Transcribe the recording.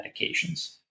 medications